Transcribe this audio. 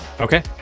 Okay